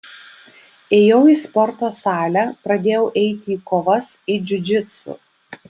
ėjau į sporto salę pradėjau eiti į kovas į džiudžitsu